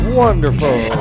wonderful